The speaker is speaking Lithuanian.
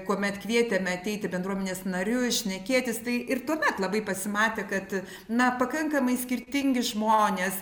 kuomet kvietėme ateiti bendruomenės narius šnekėtis tai ir tuomet labai pasimatė kad na pakankamai skirtingi žmonės